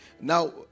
Now